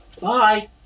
Bye